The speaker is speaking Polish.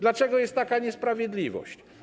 Dlaczego jest taka niesprawiedliwość?